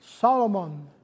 Solomon